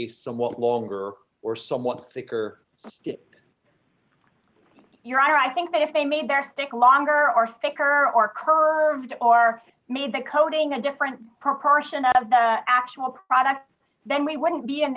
a somewhat longer or somewhat thicker skin you're i think that if they made their take longer or faker or curried or made the coating a different person out of the actual product then we wouldn't be in